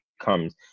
comes